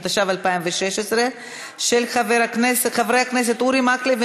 בעד, 13 מתנגדים, שני חברי כנסת נמנעו.